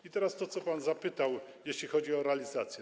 I teraz to, o co pan zapytał, jeśli chodzi o realizację.